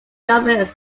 government